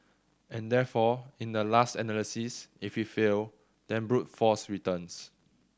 and therefore in the last analysis if we fail then brute force returns